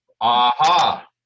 Aha